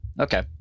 okay